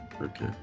Okay